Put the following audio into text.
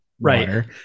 right